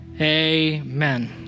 amen